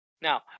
Now